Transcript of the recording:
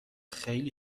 خیلی